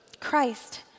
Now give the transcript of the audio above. Christ